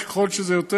ככל שזה יותר,